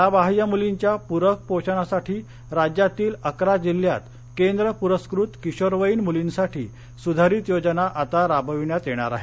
शाळाबाह्य मुलींच्या प्रक पोषणासाठी राज्यातील अकरा जिल्ह्यांत केंद्र प्रस्कृत किशोरवयीन मुलींसाठी सुधारित योजना आता राबविण्यात येणार आहे